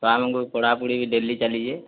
ସାର୍ଙ୍କୁ ପଢ଼ା ପୁଢ଼ି ବି ଡେଲି ଚାଲିଛେ